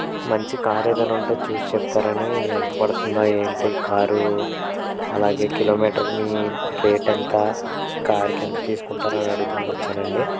మంచి కార్ ఏదన్నా ఉంటే చూసి చెప్తారని ఎంత పడుతుందో ఏంటి కారు అలాగే కిలోమీటర్కి మీ రేట్ ఎంత కారుకు ఎంత తీసుకుంటారని అడుగుదామని వచ్చానండి